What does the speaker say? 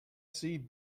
see